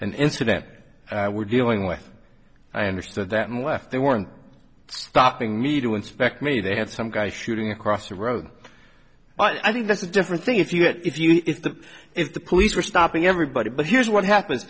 an incident we're dealing with i understood that they weren't stopping me to inspect me they had some guy shooting across the road but i think that's a different thing if you if you if the if the police were stopping everybody but here's what happen